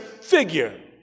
figure